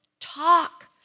talk